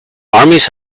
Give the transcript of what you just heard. armies